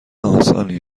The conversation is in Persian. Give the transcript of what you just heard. آسانی